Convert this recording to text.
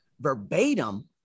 verbatim